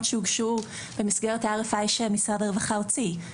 שהוגשו במסגרת ה-RFI שמשרד הרווחה הוציא.